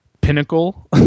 pinnacle